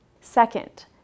Second